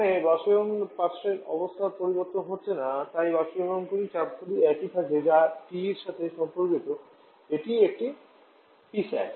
এখানে বাষ্পীভবন পার্শ্বের অবস্থা পরিবর্তন হচ্ছে না তাই বাষ্পীভূতকারী চাপটি একই থাকে যা টি এর সাথে সম্পর্কিত এটিই একটি Psat